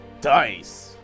Dice